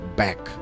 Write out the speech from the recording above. back